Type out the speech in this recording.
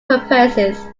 purposes